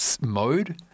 mode